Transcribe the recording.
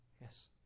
Yes